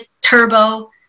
turbo